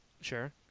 Sure